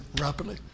rapidly